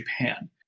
Japan